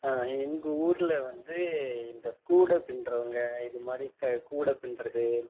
ஆ எங்கள் ஊரில் வந்து இந்த கூடை பின்னுறவங்க இதுமாதிரி கூடை பின்னுறது